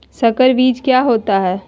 संकर बीज क्या होता है?